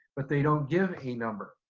but they don't give a number.